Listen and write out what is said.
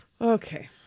Okay